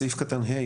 בסעיף קטן (ה),